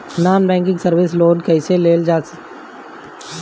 Non banking service से loan कैसे लेल जा ले?